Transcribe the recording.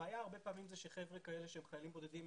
הבעיה הרבה פעמים היא שחבר'ה כאלה שהם חיילים בודדים,